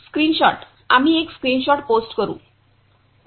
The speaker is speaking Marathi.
स्क्रीनशॉट आम्ही एक स्क्रीनशॉट पोस्ट करू